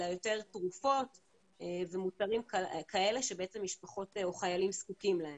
אלא יותר תרופות ומוצרים כאלה שבעצם משפחות או חיילים זקוקים להם.